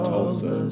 Tulsa